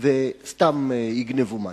וסתם יגנבו מים?